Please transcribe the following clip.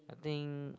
I think